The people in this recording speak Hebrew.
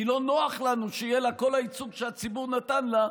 כי לא נוח לנו שיהיה לה כל הייצוג שהציבור נתן לה,